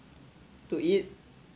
to eat